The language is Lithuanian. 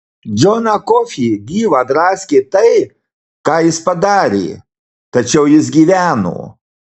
džoną kofį gyvą draskė tai ką jis padarė tačiau jis gyveno